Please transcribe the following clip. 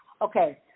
okay